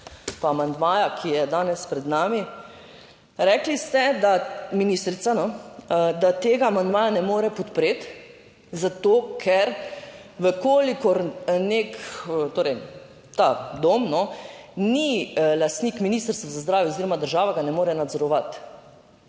pa amandmaja, ki je danes pred nami. Rekli ste, da ministrica, da tega amandmaja ne more podpreti, zato ker v kolikor nek, torej ta dom, ni lastnik Ministrstva za zdravje oziroma država ga ne more nadzorovati.